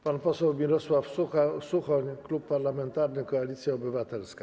Pan poseł Mirosław Suchoń, Klub Parlamentarny Koalicja Obywatelska.